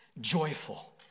joyful